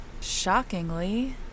Shockingly